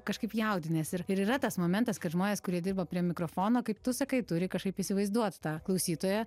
kažkaip jaudinies ir ir yra tas momentas kad žmonės kurie dirba prie mikrofono kaip tu sakai turi kažkaip įsivaizduot tą klausytoją